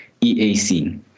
EAC